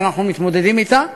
ואנחנו מתמודדים אתה.